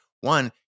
One